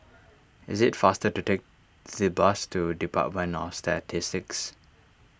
it is faster to take the bus to Department of Statistics